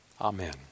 Amen